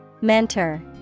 Mentor